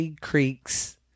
creeks